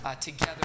together